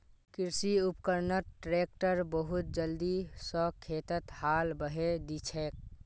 कृषि उपकरणत ट्रैक्टर बहुत जल्दी स खेतत हाल बहें दिछेक